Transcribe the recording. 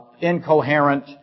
incoherent